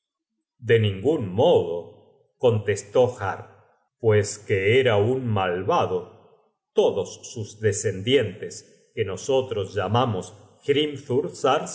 de ningun modo contestó har pues que era un malvado todos sus descendientes que nosotros llamamos